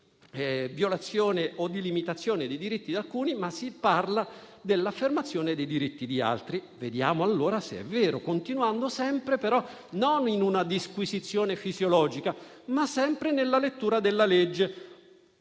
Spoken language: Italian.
di violazione o di limitazione dei diritti di alcuni, ma dell'affermazione di quelli di altri; vediamo allora se è vero, continuando sempre però non in una disquisizione fisiologica, ma nella lettura della legge.